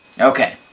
Okay